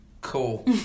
cool